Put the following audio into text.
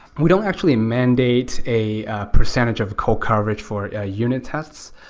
we don't actually mandate a percentage of co-coverage for ah unit tests,